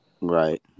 Right